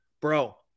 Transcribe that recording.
bro